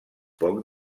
poc